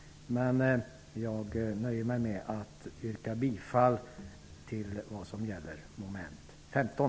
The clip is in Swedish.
Men jag nöjer mig med att yrka bifall till den del av meningsyttringen som gäller mom. 15.